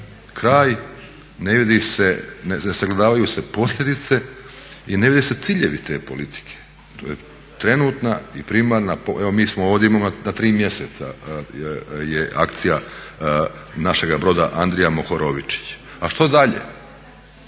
kraj, ne vidi se, ne sagledavaju se posljedice i ne vide se ciljevi te politike. To je trenutna i primarna, evo mi smo ovdje, imamo na tri mjeseca, je akcija našeg broda Andrije Mohorovičić. A što dalje?